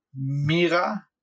Mira